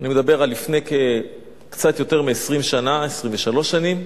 אני מדבר על לפני קצת יותר מ-20 שנה, 23 שנה.